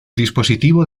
dispositivo